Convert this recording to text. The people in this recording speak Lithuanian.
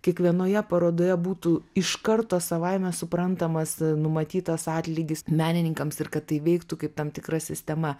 kiekvienoje parodoje būtų iš karto savaime suprantamas numatytas atlygis menininkams ir kad tai veiktų kaip tam tikra sistema